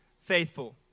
faithful